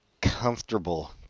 comfortable